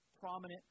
prominent